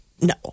No